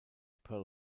pearl